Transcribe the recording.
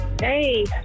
Hey